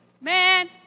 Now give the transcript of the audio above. Man